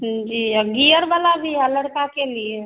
हूं जी और गियर वाला भी है लड़का के लिए